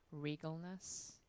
regalness